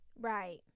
Right